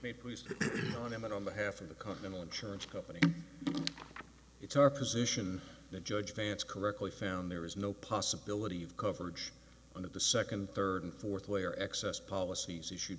may please on him and on behalf of the continental insurance company it's our position that judge vance correctly found there is no possibility of coverage of the second third and fourth layer excess policies issue